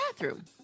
bathroom